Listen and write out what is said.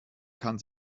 kann